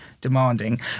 demanding